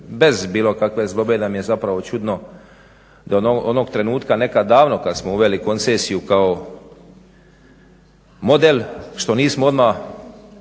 bez bilo kakve zlobe da mi je zapravo čudno da onog trenutka nekad davno kad smo uveli koncesiju kao model što nismo odmah